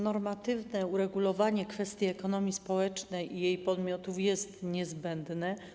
Normatywne uregulowanie kwestii ekonomii społecznej i jej podmiotów jest niezbędne.